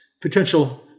potential